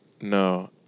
no